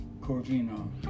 Corvino